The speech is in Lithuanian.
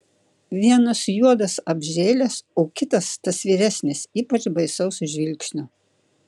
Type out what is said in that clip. vienas juodas apžėlęs o kitas tas vyresnis ypač baisaus žvilgsnio